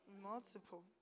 Multiple